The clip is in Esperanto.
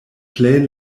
plej